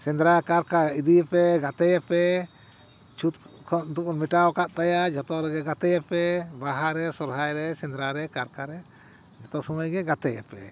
ᱥᱮᱸᱫᱽᱨᱟ ᱠᱟᱨᱠᱟ ᱤᱫᱤᱭᱮᱯᱮ ᱜᱟᱛᱮᱭᱮᱯᱮ ᱪᱷᱩᱛ ᱠᱷᱚᱱ ᱫᱚᱵᱚᱱ ᱢᱮᱴᱟᱣ ᱠᱟᱫ ᱛᱟᱭᱟ ᱡᱚᱛᱚᱨᱮᱜᱮ ᱜᱟᱛᱮᱭᱮᱯᱮ ᱵᱟᱦᱟᱨᱮ ᱥᱚᱨᱦᱟᱭ ᱨᱮ ᱥᱮᱸᱫᱽᱨᱟᱨᱮ ᱠᱟᱨᱠᱟ ᱨᱮ ᱡᱚᱛᱚ ᱥᱩᱢᱟᱹᱭᱜᱮ ᱜᱟᱛᱮᱭᱮᱯᱮ